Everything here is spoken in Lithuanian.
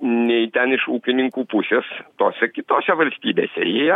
nei ten iš ūkininkų pusės tose kitose valstybėse jie